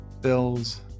Bills